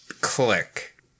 Click